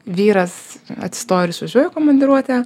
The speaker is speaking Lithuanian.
vyras atsistoja ir išvažiuoja į komandiruotę